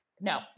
No